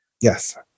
Yes